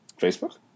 Facebook